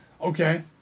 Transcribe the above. Okay